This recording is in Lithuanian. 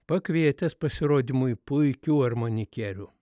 pakvietęs pasirodymui puikių armonikierių